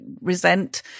resent